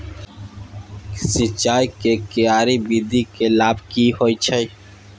सिंचाई के क्यारी विधी के लाभ की होय छै?